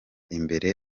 imbere